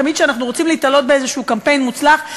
תמיד כשאנחנו רוצים להיתלות באיזשהו קמפיין מוצלח,